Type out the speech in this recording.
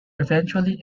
eventually